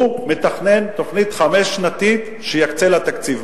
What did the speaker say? הוא מתכנן תוכנית חמש-שנתית שהוא יקצה לה תקציב.